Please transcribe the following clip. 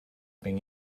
being